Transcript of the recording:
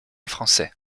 français